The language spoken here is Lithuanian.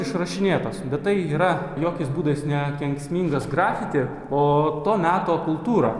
išrašinėtos bet tai yra jokiais būdais ne kenksmingas grafiti o to meto kultūra